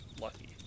lucky